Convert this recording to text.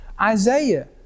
Isaiah